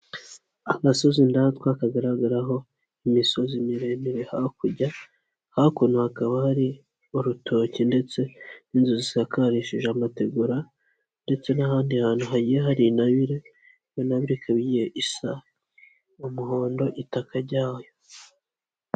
Agasozi ndatwa kagaragaraho imisozi miremire hakurya, hakuno hakaba hari urutoke ndetse n'inzu zisakarishije amategura ndetse n'ahandi hantu hagiye hari intabire, iyo ntabire ikaba igiye isa umuhondo itaka ryayo.